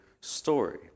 story